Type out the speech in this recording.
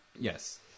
Yes